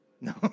No